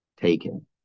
taken